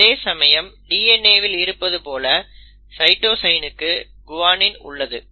அதேசமயம் DNA வில் இருப்பது போல சைட்டோசினுக்கு குவானின் உள்ளது